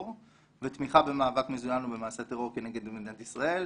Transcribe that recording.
ותמיכה במאבק מזוין ובמעשה טרור כנגד מדינת ישראל.